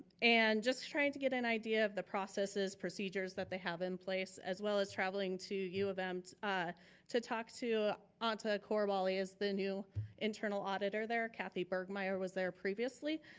and just trying to get an idea of the processes procedures that they have in place, as well as traveling to u of m to ah to talk to anta coulibaly, as the new internal auditor there. cathy bergmyer was there previously.